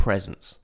Presence